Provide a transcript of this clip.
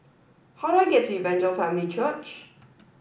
how I get to Evangel Family Church